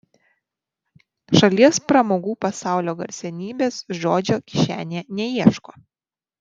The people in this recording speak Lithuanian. šalies pramogų pasaulio garsenybės žodžio kišenėje neieško